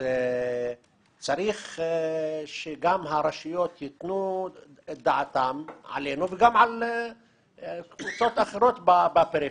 צריך שגם הרשויות ייתנו את דעתם עלינו וגם על קבוצות אחרות בפריפריה,